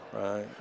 right